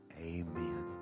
Amen